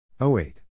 08